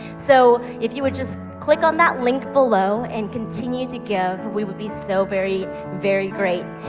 so if you would just click on that link below and continue to give, we would be so very, very great.